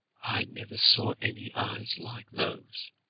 never saw any eyes like those,